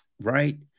Right